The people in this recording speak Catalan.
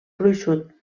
gruixut